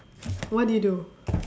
what did you do